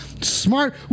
smart